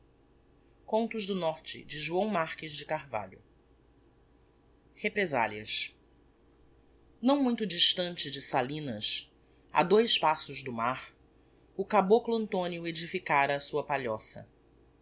velho amigo marques de carvalho represalias represalias não muito distante de salinas a dois passos do mar o caboclo antonio edificara a sua palhoça